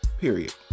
period